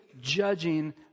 judging